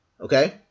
Okay